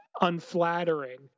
unflattering